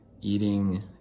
eating